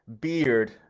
Beard